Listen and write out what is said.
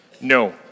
No